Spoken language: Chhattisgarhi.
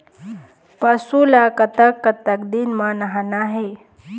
पशु ला कतक कतक दिन म नहाना हे?